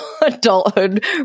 adulthood